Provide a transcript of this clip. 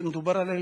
לה.